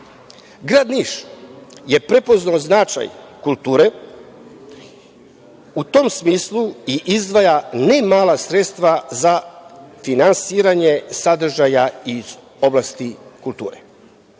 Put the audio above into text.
Niš je prepoznao značaj kulture, u tom smislu izdvaja ne mala sredstva za finansiranje sadržaja iz oblasti kulture.